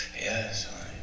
Yes